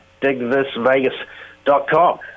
digthisvegas.com